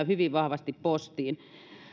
hyvin vahvasti postiin